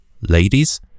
ladies